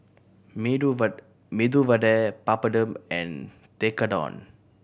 Medu Medu Vada Papadum and Tekkadon